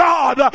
God